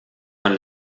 von